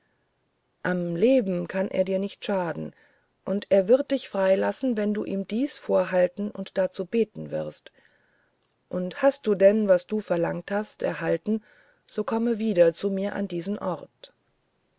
am leben kann er dir nicht schaden und er wird dich freilassen wenn du ihm dies vorhalten und dazu beten wirst und hast du denn was du verlangt hast erhalten so komm wieder zu mir an diesen ort